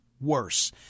worse